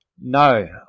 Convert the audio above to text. No